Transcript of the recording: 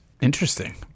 Interesting